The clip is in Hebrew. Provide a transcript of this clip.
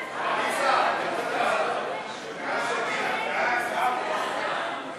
ההסתייגות (5) של קבוצת סיעת מרצ לסעיף 3 לא נתקבלה.